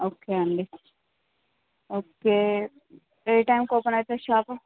okay అండి okay ఏ టైంకి ఓపెన్ అవుతుంది షాపు